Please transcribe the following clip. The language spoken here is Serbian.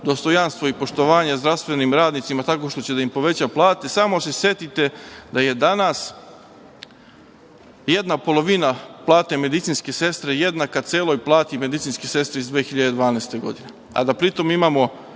dostojanstvo i poštovanje zdravstvenim radnicima tako što će da im poveća platu, samo se setite da je danas jedna polovina plate medicinske sestre jednaka celoj plati medicinske sestre iz 2012. godine,